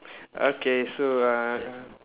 okay so uh